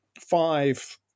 five